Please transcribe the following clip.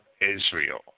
Israel